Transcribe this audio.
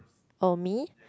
oh me